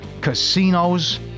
casinos